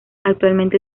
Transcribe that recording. actualmente